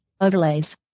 Overlays